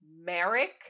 Merrick